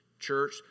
church